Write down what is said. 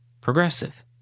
progressive